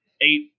eight